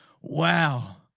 Wow